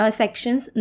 sections